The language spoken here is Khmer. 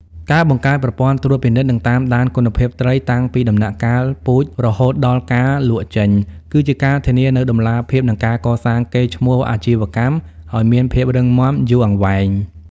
ការបង្កើតប្រព័ន្ធត្រួតពិនិត្យ និងតាមដានគុណភាពត្រីតាំងពីដំណាក់កាលពូជរហូតដល់ការលក់ចេញ គឺជាការធានានូវតម្លាភាព និងការកសាងកេរ្តិ៍ឈ្មោះអាជីវកម្មឱ្យមានភាពរឹងមាំយូរអង្វែង។